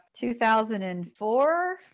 2004